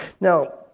Now